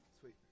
sweet